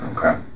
Okay